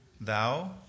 Thou